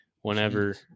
whenever